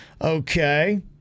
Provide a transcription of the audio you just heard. Okay